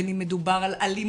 בין אם מדובר על אלימות.